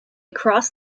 cross